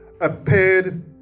appeared